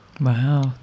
wow